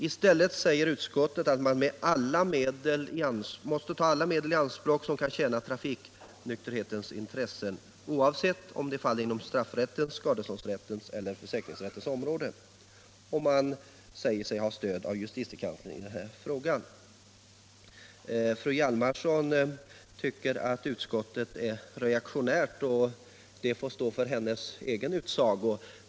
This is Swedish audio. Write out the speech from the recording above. I stället säger utskottet att man måste ta alla medel i anspråk som kan tjäna trafiknykterhetens intressen, oavsett om de faller inom straffrättens, skadeståndsrättens eller försäkringsrättens område. Och man säger sig ha stöd av justitiekanslern i den frågan. Fru Hjalmarsson tyckte att utskottet är reaktionärt, och det får stå för hennes räkning.